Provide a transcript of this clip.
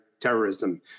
terrorism